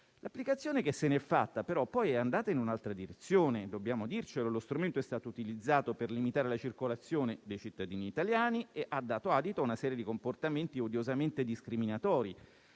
L'applicazione che se n'è fatta, però, è andata in un'altra direzione e dobbiamo dircelo: lo strumento è stato utilizzato per limitare la circolazione dei cittadini italiani e ha dato adito a una serie di comportamenti odiosamente discriminatori